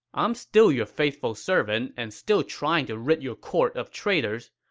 i'm still your faithful servant and still trying to rid your court of traitors.